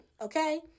Okay